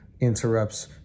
interrupts